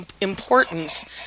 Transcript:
importance